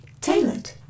tailored